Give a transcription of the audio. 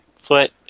foot